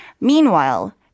Meanwhile